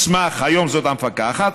היום זאת המפקחת,